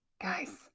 guys